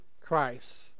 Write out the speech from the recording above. Christ